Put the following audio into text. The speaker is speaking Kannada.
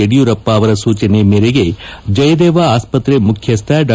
ಯಡಿಯೂರಪ್ಪ ಅವರ ಸೂಚನೆ ಮೇರೆಗೆ ಜಯದೇವ ಆಸ್ವತ್ರೆ ಮುಖ್ಯಸ್ಥ ಡಾ